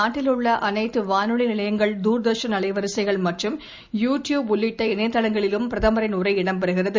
நாட்டில் உள்ள அனைத்து வானொலி நிலையங்கள் தூர்தர்ஷன் அலைவரிசைகள் மற்றும் யூ டியூப் உள்ளிட்ட இணையதளங்களிலும் பிரதமரின் உரை இடம் பெறுகிறது